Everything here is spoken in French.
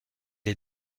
est